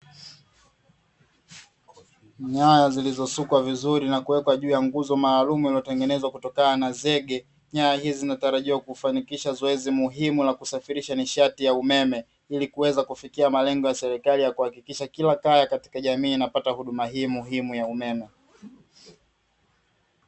Nyaya zilizosukwa vizuri na kuwekwa juu ya nguzo maalumu iliyotengenezwa kutokana na zege, nyaya hizi zinatarajiwa kufanikisha zoezi muhimu la kusafirisha nishati ya umeme, ili kuweza kifikia malengo ya serikali ya kuhakikisha kila kaya katika jamii inapata huduma hii ya umeme.